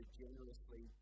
generously